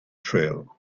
trail